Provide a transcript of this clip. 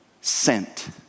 sent